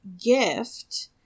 gift